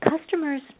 customers